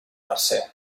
mercè